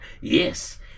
yes